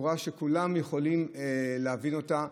לצורה שכולם יכולים להבין אותה,